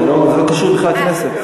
זה לא קשור בכלל לכנסת.